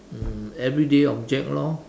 um everyday object lor